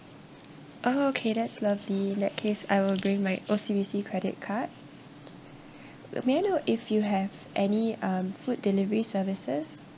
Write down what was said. oh okay that's lovely in that case I will bring my O_C_B_C credit card may I know if you have any um food delivery services